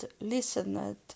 listened